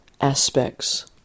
aspects